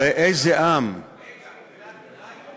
הרי איזה עַם, בגלל דריינוף.